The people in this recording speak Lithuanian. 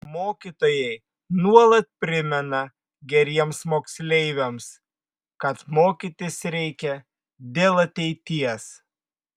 mokytojai nuolat primena geriems moksleiviams kad mokytis reikia dėl ateities